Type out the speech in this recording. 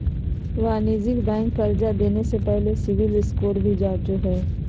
वाणिज्यिक बैंक कर्जा देने से पहले सिविल स्कोर भी जांचो हइ